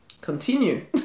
continue